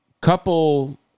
couple